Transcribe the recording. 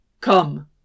Come